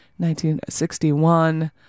1961